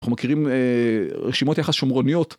אנחנו מכירים רשימות יחס שומרוניות.